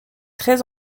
très